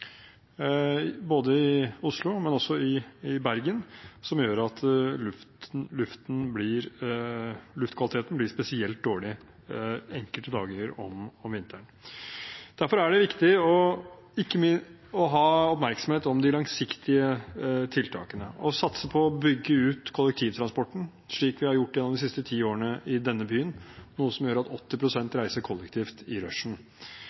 både i Oslo og i Bergen som gjør at luftkvaliteten blir spesielt dårlig enkelte dager om vinteren. Derfor er det viktig å ha oppmerksomhet om de langsiktige tiltakene og satse på å bygge ut kollektivtransporten, slik vi har gjort gjennom de siste ti årene i denne byen – noe som gjør at 80 pst. reiser kollektivt i